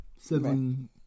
seven